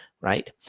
right